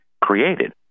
created